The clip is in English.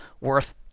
worth